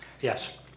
Yes